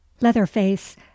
Leatherface